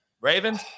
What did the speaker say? Ravens